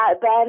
Ben